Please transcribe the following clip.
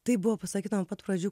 tai buvo pasakyta nuo pat pradžių